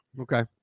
Okay